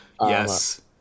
Yes